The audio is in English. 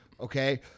okay